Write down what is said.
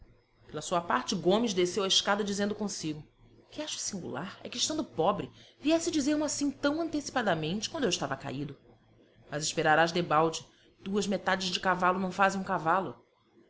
pela sua parte gomes desceu a escada dizendo consigo o que acho singular é que estando pobre viesse dizer-mo assim tão antecipadamente quando eu estava caído mas esperarás debalde duas metades de cavalo não fazem um cavalo